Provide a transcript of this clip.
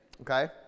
Okay